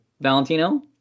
Valentino